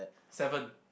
seven